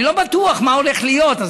אני לא בטוח מה הולך להיות,